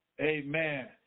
Amen